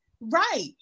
Right